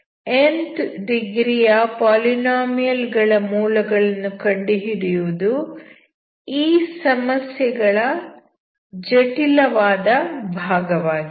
nth ಡಿಗ್ರಿಯ polynomial ಗಳ ಮೂಲಗಳನ್ನು ಕಂಡುಹಿಡಿಯುವುದು ಈ ಸಮಸ್ಯೆಗಳ ಜಟಿಲವಾದ ಭಾಗವಾಗಿದೆ